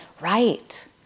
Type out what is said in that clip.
Right